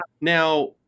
Now